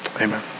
Amen